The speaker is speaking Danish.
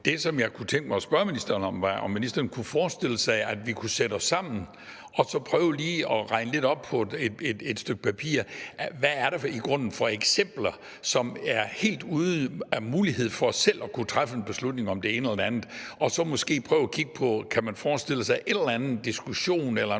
Det, som jeg kunne tænke mig at spørge ministeren om, var, om ministeren kunne forestille sig, at vi kunne sætte os sammen og så lige prøve at opregne på et stykke papir, hvad der i grunden er af eksempler på nogen, som er helt uden mulighed for selv at kunne træffe en beslutning om det ene eller det andet, og at vi måske prøver at kigge på, om man kan forestille sig en eller anden diskussion eller en